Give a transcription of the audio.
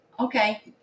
Okay